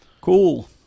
cool